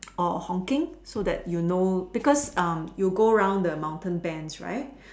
or honking so that you know because um you go around the mountain bends right